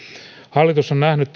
hallitus on nähnyt